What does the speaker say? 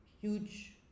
huge